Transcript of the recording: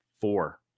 four